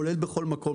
כולל בכל מקום,